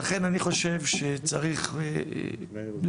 ולכן אני חושב שצריך להקל,